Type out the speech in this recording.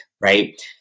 right